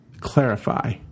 clarify